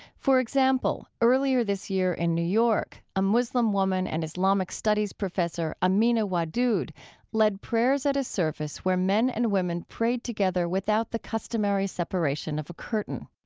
for example, earlier this year in new york a muslim woman, an and islamic studies professor, amina wadud, led prayers at a service where men and women prayed together without the customary separation of a curtain.